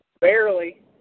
Barely